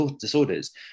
disorders